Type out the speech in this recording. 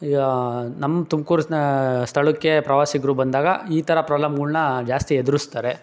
ನಮ್ಮ ತುಮ್ಕೂರು ಸ್ಥಳಕ್ಕೆ ಪ್ರವಾಸಿಗರು ಬಂದಾಗ ಈ ಥರ ಪ್ರಾಬ್ಲಮ್ಗಳ್ನ ಜಾಸ್ತಿ ಎದುರಿಸ್ತಾರೆ